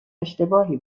اشتباهی